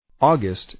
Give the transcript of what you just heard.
August